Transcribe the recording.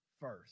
first